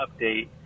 update